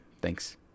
Thanks